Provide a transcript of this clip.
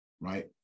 right